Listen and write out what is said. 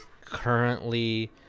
currently